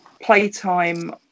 playtime